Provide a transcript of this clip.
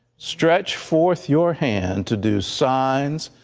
stretch forth your hand to do signs,